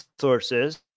sources